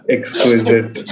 Exquisite